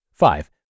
Five